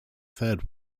third